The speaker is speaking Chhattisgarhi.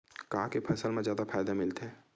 का के फसल मा जादा फ़ायदा मिलथे?